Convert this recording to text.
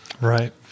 right